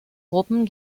gruppen